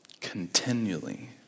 continually